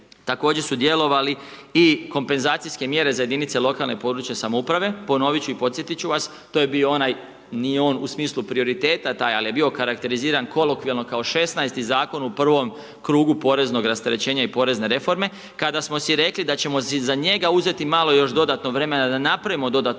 također su djelovali i kompenzacijske mjere za jedinice lokalne područne samouprave, ponovit ću i podsjetit ću vas, to je bio onaj, nije on u smislu prioriteta taj, ali je bio okarakteriziran kolokvijalo kao 16-ti Zakon u prvom krugu poreznog rasterećenja i Porezne reforme kada smo si rekli da ćemo si za njega uzeti malo još dodatno vremena da napravimo dodatnu